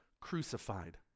crucified